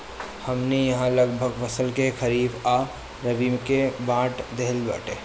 हमनी इहाँ लगभग फसल के खरीफ आ रबी में बाँट देहल बाटे